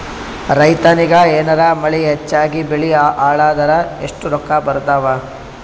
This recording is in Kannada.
ರೈತನಿಗ ಏನಾರ ಮಳಿ ಹೆಚ್ಚಾಗಿಬೆಳಿ ಹಾಳಾದರ ಎಷ್ಟುರೊಕ್ಕಾ ಬರತ್ತಾವ?